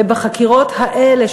ובחקירות האלה,